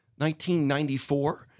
1994